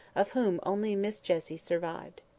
of whom only miss jessie survived.